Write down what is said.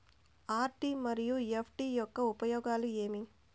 RD మరియు FD యొక్క ఉపయోగాలు ఏమి?